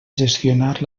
gestionar